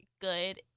good